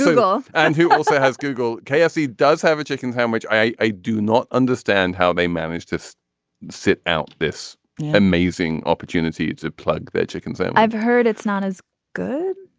golf and who also has google kfc does have a chicken sandwich i i do not understand how they managed to sit out this amazing opportunity to plug their chickens and i've heard it's not as good.